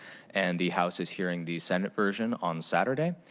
and the house is hearing the senate version on saturday.